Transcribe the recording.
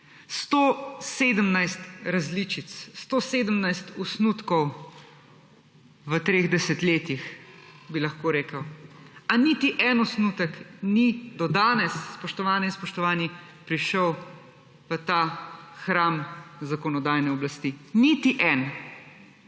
117 različic, 117 osnutkov v treh desetletjih, bi lahko rekel, a niti en osnutek ni do danes, spoštovane in spoštovani, prišel v ta hram zakonodajne oblasti. Niti en!